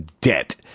debt